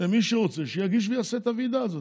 מי שרוצה שיגיש ויעשה את הוועידה הזאת,